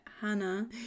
Hannah